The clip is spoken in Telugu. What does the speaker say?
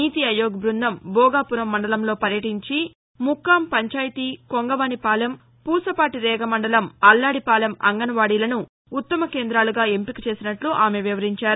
నీతి అయోగ బ్బందం భోగాపురం మండలంలో పర్యటించి ముక్కాం పంచాయితీ కొంగవానిపాలెం ఫూసపాటిరేగ మండలం అల్లాడిపాలెం అంగన్వాడీలను ఉత్తమ కేంద్రాలుగా ఎంపిక చేసినట్ల ఆమె వివరించారు